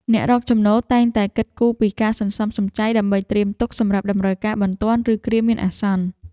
អ្នករកចំណូលតែងតែគិតគូរពីការសន្សំសំចៃដើម្បីត្រៀមទុកសម្រាប់តម្រូវការបន្ទាន់ ឬគ្រាមានអាសន្ន។